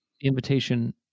invitation